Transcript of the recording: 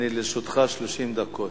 לרשותך 30 דקות.